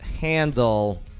handle